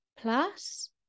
plus